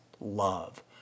love